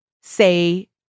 say